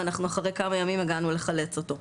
ואחרי כמה ימים הגענו לחלץ אותו.